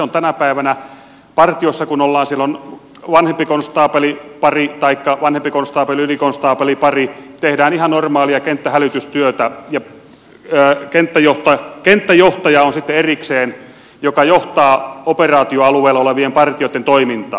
kun tänä päivänä partiossa ollaan niin siellä on vanhempi konstaapeli pari taikka vanhempi konstaapeli ylikonstaapeli pari tehdään ihan normaalia kenttähälytystyötä ja sitten on erikseen kenttäjohtaja joka johtaa operaatioalueella olevien partioitten toimintaa